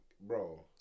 bro